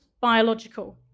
biological